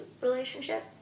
relationship